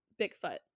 Bigfoot